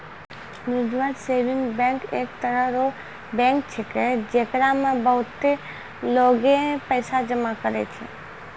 mutual saving bank एक तरह रो बैंक छैकै, जेकरा मे बहुते लोगें पैसा जमा करै छै